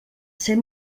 ser